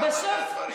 בסוף,